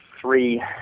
three